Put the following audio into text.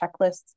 checklists